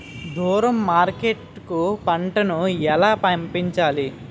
దూరం మార్కెట్ కు పంట ను ఎలా పంపించాలి?